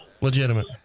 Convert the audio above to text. Legitimate